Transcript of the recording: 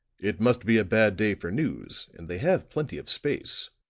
it must be a bad day for news, and they have plenty of space.